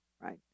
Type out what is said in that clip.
right